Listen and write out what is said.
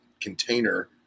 container